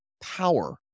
power